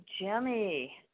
Jimmy